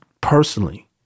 personally